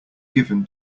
given